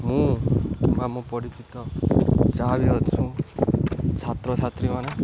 ମୁଁ ମାମୁଁ ପଢ଼ିଛି ତ ଯାହା ବି ଅଛୁ ଛାତ୍ରଛାତ୍ରୀମାନେ